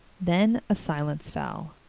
then a silence fell.